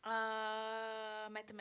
uh Mathematics